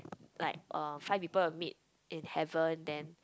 like uh five people will meet in heaven then